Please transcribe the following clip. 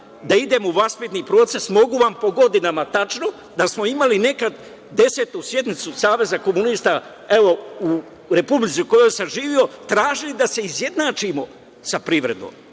da idem u vaspitni proces, mogu vam po godinama tačno reći da smo imali nekad Desetu sednicu Saveza komunista u Republici u kojoj sam živeo, tražim da se izjednačimo sa privredom.